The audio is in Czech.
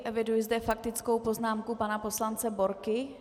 Eviduji zde faktickou poznámku pana poslance Borky.